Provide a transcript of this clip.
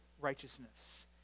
righteousness